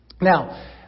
Now